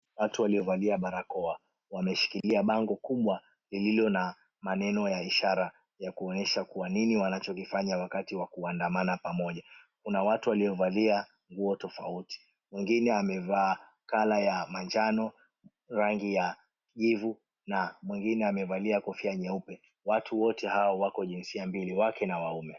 Watu waliovalia barakoa wameshikilia bango kubwa lililo na maneno ya ishara ya kuonyesha kuwa nini wanachokifanya wakati wa kuandamana pamoja. Kuna watu waliovalia nguo tofauti, mwingine amevaa colour ya manjano rangi ya kijivu na mwingine amevalia kofia nyeupe. Watu wote hawa wako jinsia mbili wake na waume.